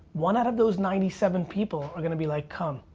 one out of those ninety seven people are gonna be like, come.